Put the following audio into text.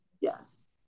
Yes